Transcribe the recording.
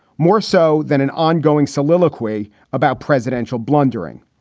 more so than an ongoing soliloquy about presidential blundering.